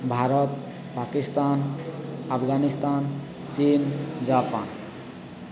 ଭାରତ ପାକିସ୍ତାନ୍ ଆଫଗାନିସ୍ତାନ୍ ଚୀନ୍ ଜାପାନ୍